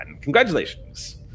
Congratulations